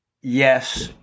yes